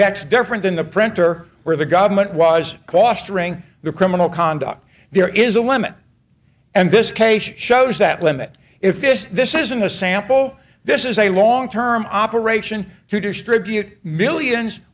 that's different than the printer where the government was cost ring the criminal conduct there is a limit and this case shows that limit if this this isn't a sample this is a long term operation to distribute millions